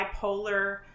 bipolar